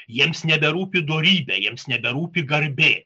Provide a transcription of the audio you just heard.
jiems neberūpi dorybė jiems neberūpi garbė